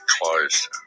closed